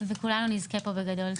וכולנו נזכה פה בגדול.